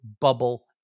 bubble